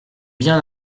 bien